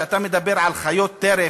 שכשאתה מדבר על חיות טרף,